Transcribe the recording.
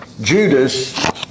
Judas